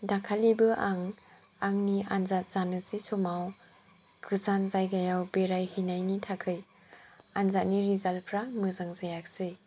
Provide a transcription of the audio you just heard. दाखालिबो आं आंनि आनजाद जानोसै समाव गोजान जायगायाव बेरायहैनायनि थाखाय आनजादनि रिजाल्ट फ्रा मोजां जायाखिसै